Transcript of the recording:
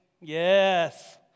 Yes